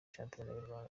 shampiyona